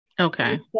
Okay